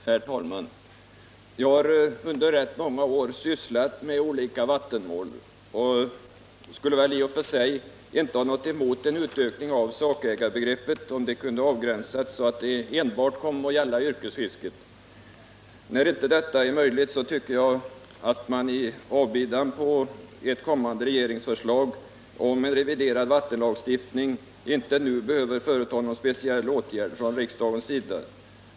Herr talman! Jag har under rätt många år sysslat med olika vattenmål. Jag har i och för sig inte något emot en utökning av sakägarbegreppet, om det kan avgränsas till att enbart gälla yrkesfisket. När nu inte detta är möjligt tycker jag att man i avbidan på ett kommande regeringsförslag om en reviderad vattenlag inte nu behöver företa någon speciell åtgärd från riksdagens sida.